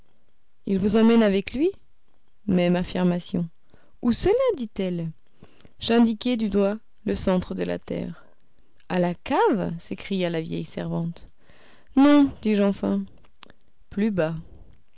il vous emmène avec lui même affirmation où cela dit-elle j'indiquai du doigt le centre de la terre à la cave s'écria la vieille servante non dis-je enfin plus bas